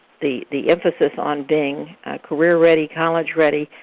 the the emphasis on being career ready, college ready,